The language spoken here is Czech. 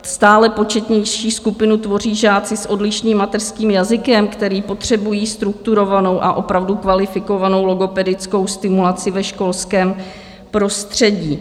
Stále početnější skupinu tvoří žáci s odlišným mateřským jazykem, který potřebují strukturovanou a opravdu kvalifikovanou logopedickou stimulaci ve školském prostředí.